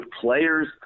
players